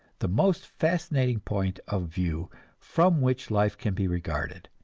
the most fascinating point of view from which life can be regarded.